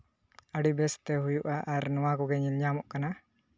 ᱟᱹᱰᱤ ᱵᱮᱥᱛᱮ ᱦᱩᱭᱩᱜᱼᱟ ᱟᱨ ᱱᱚᱣᱟ ᱠᱚᱜᱮ ᱧᱮᱞ ᱧᱟᱢᱚᱜ ᱠᱟᱱᱟ